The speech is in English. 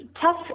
Tough